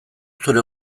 zure